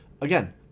Again